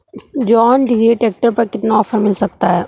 John Deere tractor पर कितना offer मिल सकता है?